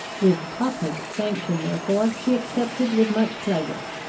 with papa's sanction, therefore, she accepted, with much pleasure,